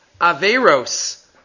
Averos